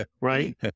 right